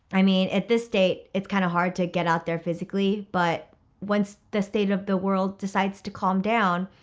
i mean at this state, it's kind of hard to get out there physically, but once the state of the world decides to calm down,